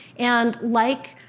and like,